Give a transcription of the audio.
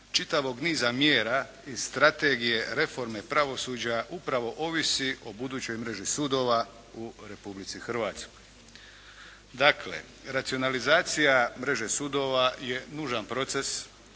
čitavog niza mjera i strategije reforme pravosuđa upravo ovisi o budućoj mreži sudova u Republici Hrvatskoj. Dakle, racionalizacija mreže sudova je nužan proces